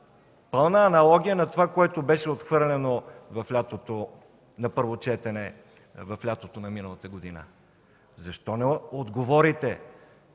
пълна аналогия на това, което беше отхвърлено на първо четене през лятото на миналата година. Защо не отговорите: